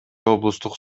облустук